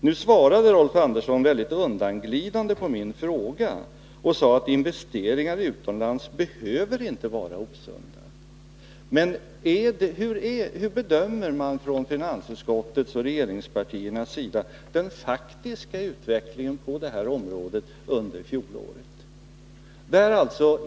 Nu svarade Rolf Andersson väldigt undanglidande på min fråga och sade att investeringar utomlands ”behöver” inte vara osunda. Men hur bedömer man från finansutskottets och regeringspartiernas sida den faktiska utvecklingen på det här området under fjolåret?